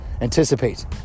anticipate